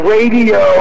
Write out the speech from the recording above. Radio